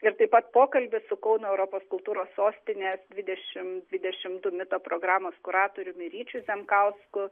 ir taip pat pokalbis su kauno europos kultūros sostinės dvidešim dvidešim du mito programos kuratoriumi ryčiu zemkausku